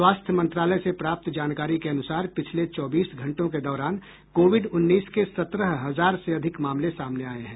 स्वास्थ्य मंत्रालय से प्राप्त जानकारी के अनुसार पिछले चौबीस घंटों के दौरान कोविड उन्नीस के सत्रह हजार से अधिक मामले सामने आये हैं